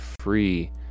free